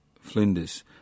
Flinders